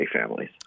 families